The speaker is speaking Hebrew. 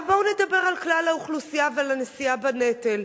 עכשיו בואו נדבר על כלל האוכלוסייה ועל הנשיאה בנטל.